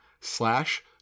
slash